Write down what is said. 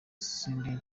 sendege